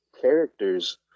characters